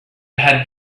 had